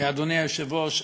אדוני היושב-ראש,